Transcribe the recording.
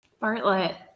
Bartlett